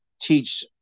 teach